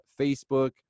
Facebook